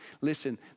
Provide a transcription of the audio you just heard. Listen